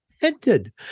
hinted